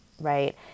right